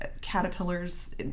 Caterpillar's